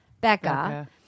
Becca